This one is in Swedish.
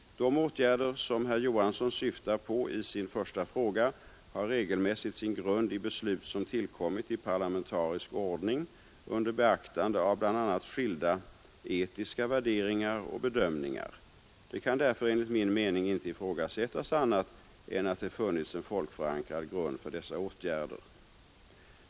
De åtgärder som herr Johansson syftar på i sin första fråga har regelmässigt sin grund i beslut som tillkommit i parlamentarisk ordning under beaktande av bl.a. skilda etiska värderingar och bedömningar. Det kan folkförankrad grund för dessa åtgärder.